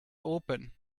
open